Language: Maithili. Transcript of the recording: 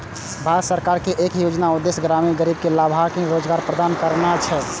भारत सरकार के एहि योजनाक उद्देश्य ग्रामीण गरीब कें लाभकारी रोजगार प्रदान करना रहै